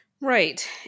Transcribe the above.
Right